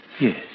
Yes